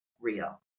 real